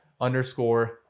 underscore